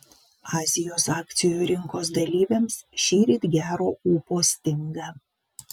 azijos akcijų rinkos dalyviams šįryt gero ūpo stinga